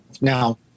Now